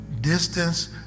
distance